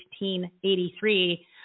1883